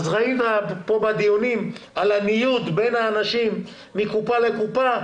ראית פה בדיונים על הניוד של האנשים מקופה לקופה,